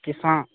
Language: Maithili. किसान